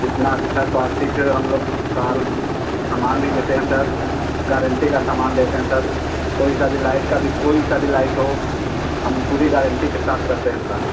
जितनी अच्छी क्वालिटी के हम लोग का सामान भी देते हैं सर गारण्टी का सामान देते हैं सर कोई सा भी लाइट का भी कोई सा भी लाइट हो हम पूरी गारण्टी के साथ करते हैं कार्य